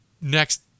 next